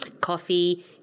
coffee